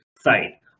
side